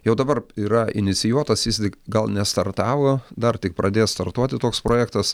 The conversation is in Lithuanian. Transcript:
jau dabar yra inicijuotas jis tik gal nestartavo dar tik pradės startuoti toks projektas